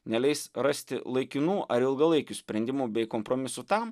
neleis rasti laikinų ar ilgalaikių sprendimų bei kompromisų tam